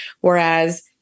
Whereas